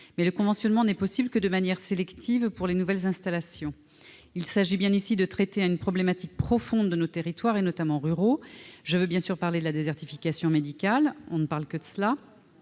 mais le conventionnement n'est possible que de manière sélective pour les nouvelles installations. Il s'agit bien de traiter une problématique profonde de nos territoires, notamment ruraux. Je veux bien sûr parler de la désertification médicale ; il n'est question que de cela.